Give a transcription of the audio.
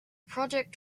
project